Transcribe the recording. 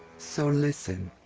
so listen.